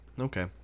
okay